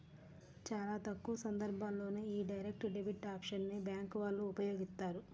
చాలా తక్కువ సందర్భాల్లోనే యీ డైరెక్ట్ డెబిట్ ఆప్షన్ ని బ్యేంకు వాళ్ళు ఉపయోగిత్తారు